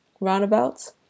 roundabouts